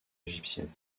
égyptienne